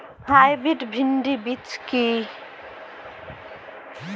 Hybrid ভীন্ডি বীজ কি?